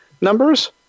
numbers